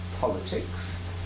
Politics